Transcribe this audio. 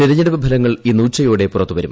തെരഞ്ഞെടുപ്പ് ഫലങ്ങൾ ഇന്നുച്ചയോടെ പുറത്തു വരും